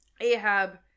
Ahab